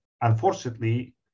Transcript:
unfortunately